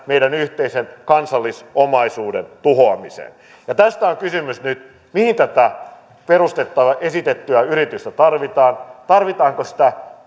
meidän yhteisen kansallisomaisuuden tuhoamiseen ja tästä on kysymys nyt mihin tätä esitettyä yritystä tarvitaan tarvitaanko sitä